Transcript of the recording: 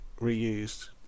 reused